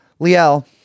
Liel